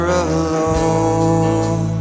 alone